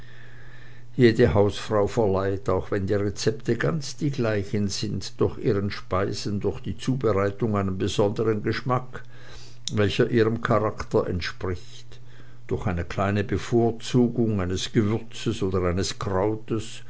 jede hausfrau verleiht auch wenn die rezepte ganz die gleichen sind doch ihren speisen durch die zubereitung einen besondern geschmack welcher ihrem charakter entspricht durch eine kleine bevorzugung eines gewürzes oder eines